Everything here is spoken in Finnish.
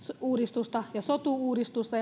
uudistusta ja sotu uudistusta